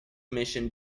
mission